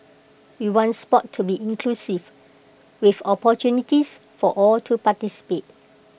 we want Sport to be inclusive with opportunities for all to participate